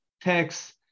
text